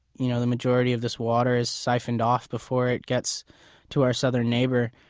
you know, the majority of this water is siphoned off before it gets to our southern neighbor,